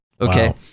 Okay